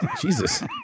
Jesus